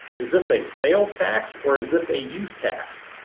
is this a sales tax or is this a use tax?